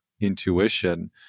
intuition